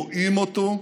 רואים אותו.